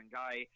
guy